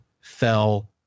fell